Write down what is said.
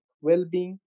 well-being